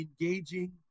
engaging